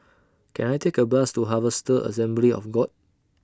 Can I Take A Bus to Harvester Assembly of God